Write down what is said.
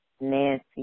Nancy